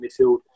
midfield